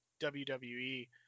WWE